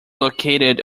located